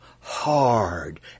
hard